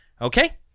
Okay